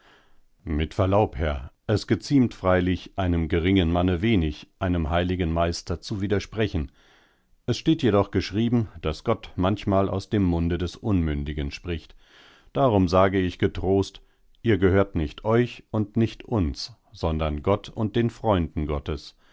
mit verlaub herr es geziemt freilich einem geringen manne wenig einem heiligen meister zu widersprechen es steht jedoch geschrieben daß gott manchmal aus dem munde des unmündigen spricht darum sage ich getrost ihr gehört nicht euch und nicht uns sondern gott und den freunden gottes